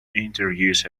interviews